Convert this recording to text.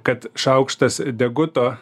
kad šaukštas deguto